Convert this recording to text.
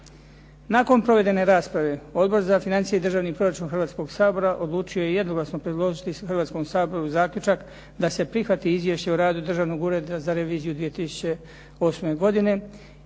Nakon provedene rasprave Odbor za financije i držani proračun Hrvatskog sabora odlučio je jednoglasno predložiti Hrvatskom saboru zaključak da se prihvati Izvješće o radu Držanog ureda za reviziju 2008. godine,